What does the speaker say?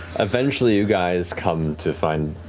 eventually, you guys come to find,